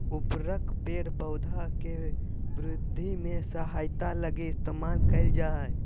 उर्वरक पेड़ पौधा के वृद्धि में सहायता लगी इस्तेमाल कइल जा हइ